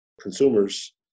Consumers